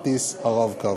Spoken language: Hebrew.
כרטיס ה"רב-קו".